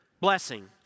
blessing